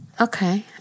Okay